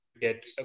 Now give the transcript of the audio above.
get